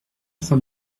trois